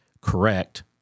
correct